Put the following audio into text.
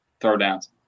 throwdowns